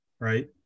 right